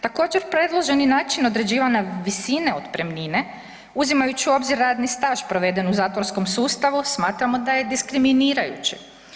Također predloženi način određivanja visine otpremnine uzimajući u obzir radni staž proveden u zatvorskom sustavu smatramo da je diskriminirajući.